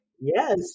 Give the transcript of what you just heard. Yes